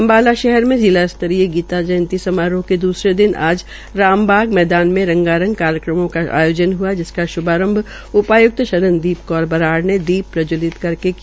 अम्बाला शहर मे जिला स्तरीय गीता जयंती समारोह के दूसरे दिन आज रामबाग मैदान में रंगारंग कार्यक्रमों का आयोजन हआ जिसका श्भारंभ उपायुक्त शरणदीप कौर बराड़ ने दीप प्रज्जवलित करके किया